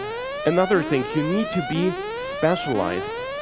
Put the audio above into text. another thing, you need to be specialised.